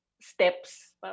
steps